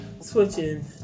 switching